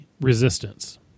resistance